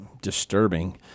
disturbing